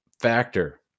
factor